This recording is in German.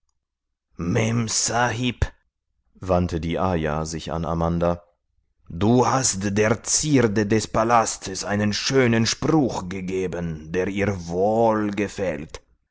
wandte die ayah sich an amanda du hast der zierde des palastes einen schönen spruch gegeben der ihr wohlgefällt